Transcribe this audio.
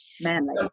Manly